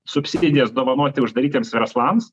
subsidijas dovanoti uždarytiems verslams